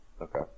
Okay